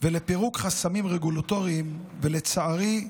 ולפירוק חסמים רגולטוריים, ולצערי,